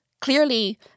Clearly